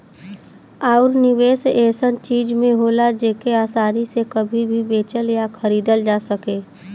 आउर निवेस ऐसन चीज में होला जेके आसानी से कभी भी बेचल या खरीदल जा सके